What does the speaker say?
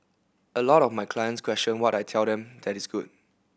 a lot of my clients question what I tell them that is good